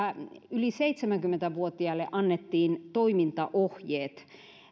yli seitsemänkymmentä vuotiaille annettiin toimintaohjeet